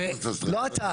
ו --- לא אתה.